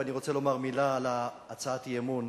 ואני רוצה לומר מלה על הצעת האי-אמון